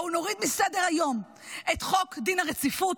בואו נוריד מסדר-היום את חוק דין הרציפות,